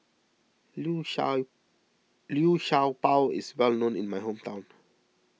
Liu Sha Liu Sha Bao is well known in my hometown